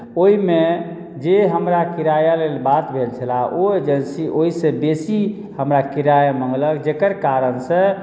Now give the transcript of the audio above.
ओहिमे जे हमरा किराया लेल बात भेल छलए ओ एजेन्सी ओहिसँ बेसी हमरा किराया मङ्गलक जकर कारणसँ